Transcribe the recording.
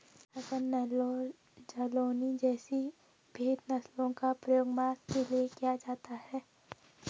हसन, नेल्लौर, जालौनी जैसी भेद नस्लों का प्रयोग मांस के लिए किया जाता है